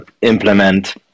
implement